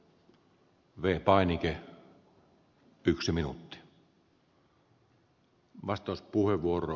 arvoisa herra puhemies